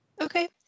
Okay